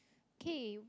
K